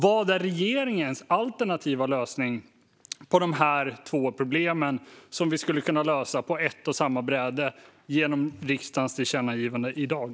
Vad är regeringens alternativa lösning på dessa två problem, som vi skulle kunna lösa på ett och samma bräde genom riksdagens tillkännagivande i dag?